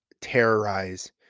terrorize